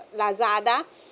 lazada